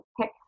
pick